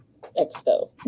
Expo